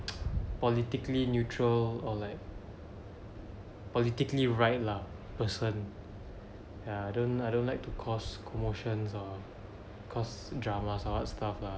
politically neutral or like politically right lah person ya I don't I don't like to cause commotions or cause dramas or what stuff lah